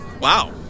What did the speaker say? Wow